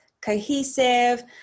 cohesive